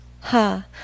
Ha